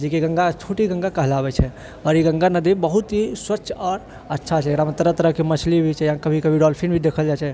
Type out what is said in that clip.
जे कि गङ्गा छोटी गङ्गा कहलावै छै आओर ई गङ्गा नदी बहुत ही स्वच्छ आओर अच्छा छै एकरामे तरह तरहकेँ मछली भी छै आओर कभी कभी डॉल्फिन भी देखल जाइ छै